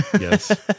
Yes